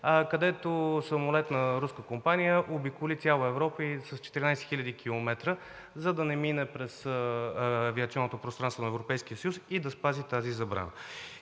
където самолет на руска компания обиколи цяла Европа с 14 000 км, за да не мине през авиационното пространство на Европейския съюз и да спази тази забрана.